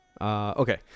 Okay